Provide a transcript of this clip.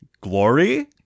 glory